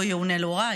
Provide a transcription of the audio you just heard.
לא יאונה לו רע,